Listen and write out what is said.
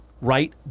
right